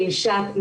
המשפיענים?